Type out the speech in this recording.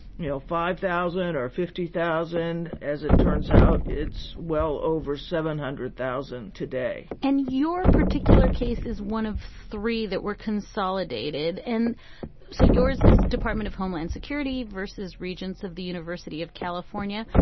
you know, five thousand or fifty thousand, as it turns out it's well over seven hundred thousand today and your particular case is one of three that were consolidated. and so yours is department of homeland security versus regents of the university of california.